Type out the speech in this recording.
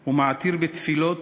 הוא מעתיר תפילות